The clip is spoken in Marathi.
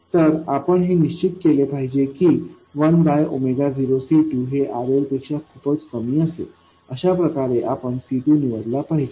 तर आपण हे निश्चित केले पाहिजे की 1 0C2हेRLपेक्षा खूपच कमी असेल अशाप्रकारे आपण C2 निवडला पाहिजे